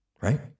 right